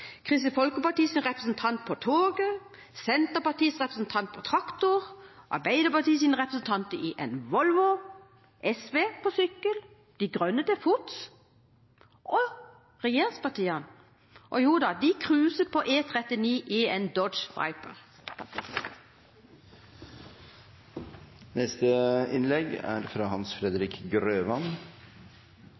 Kristelig Folkepartis representant på toget, Senterpartiets representant på traktor, Arbeiderpartiets representant i en Volvo, SV på sykkel og Miljøpartiet De Grønne til fots. Og hva med regjeringspartiene? Jo da, de cruiser på E39 i en Dodge Viper. Vi står overfor store utfordringer på samferdselsområdet, det tror jeg vi er